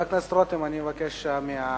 הרחבת נסיבות הטרדה מינית והארכת תקופת התיישנות),